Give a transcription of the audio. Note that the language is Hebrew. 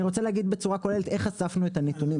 אני רוצה להגיד את זה בצורה קוהרנטית איך אספנו את הנתונים,